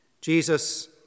Jesus